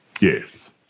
Yes